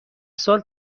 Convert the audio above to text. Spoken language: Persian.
سال